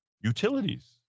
Utilities